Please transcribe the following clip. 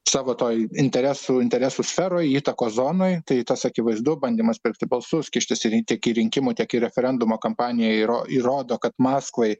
savo toj interesų interesų sferoj įtakos zonoj tai tas akivaizdu bandymas pirkti balsus kištis į tiek į rinkimų tiek į referendumo kampaniją įra įrodo kad maskvai